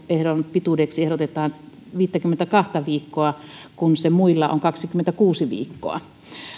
pituudeksi ehdotetaan viittäkymmentäkahta viikkoa kun se muilla on kaksikymmentäkuusi viikkoa